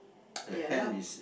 ya lah